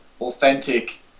authentic